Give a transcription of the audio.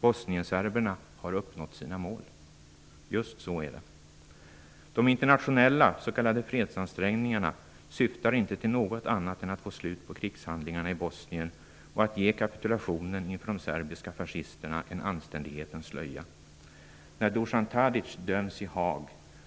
Bosnienserberna har uppnått sina mål." Just så är det. De internationella s.k. fredsansträngningarna syftar inte till något annat än att få slut på krigshandlingarna i Bosnien och att ge kapitulationen inför de serbiska fascisterna en anständighetens slöja. När Dusan Tadic döms i Haag